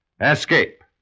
Escape